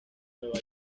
nueva